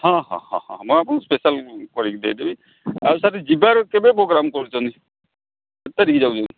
ହଁ ହଁ ହଁ ମୁଁ ଆପଣଙ୍କ ସ୍ପେଶିଆଲ୍ କରିକି ଦେଇଦେବି ଆଉ ସାର୍ ଯିବାର କେବେ ପ୍ରୋଗ୍ରାମ କରୁଛନ୍ତି କେତେ ତାରିଖ ଯାଉଛନ୍ତି